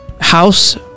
house